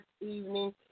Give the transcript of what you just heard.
evening